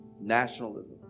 nationalism